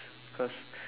cause